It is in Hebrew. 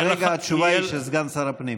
כרגע התשובה היא של סגן שר הפנים.